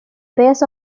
pace